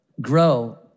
grow